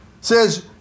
says